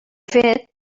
fet